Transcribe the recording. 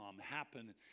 happen